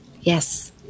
Yes